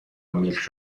ملک